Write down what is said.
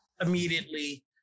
immediately